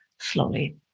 Slowly